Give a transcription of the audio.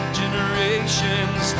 generations